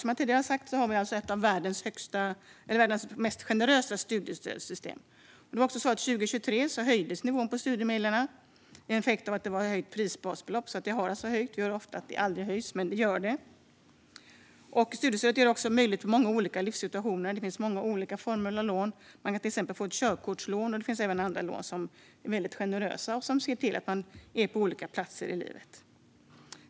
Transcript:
Som jag har sagt tidigare har Sverige ett av världens mest generösa studiestödssystem. År 2023 höjdes nivån på studiemedlen. Det var en effekt av att prisbasbeloppet höjdes. Vi hör ofta att studiemedlen aldrig höjs, men det gör de. Studiestödet ger möjligheter för personer i många olika livssituationer. Det finns många olika former av lån. Det finns till exempel ett körkortslån, och det finns även andra generösa lån för dem som är på olika platser i livet.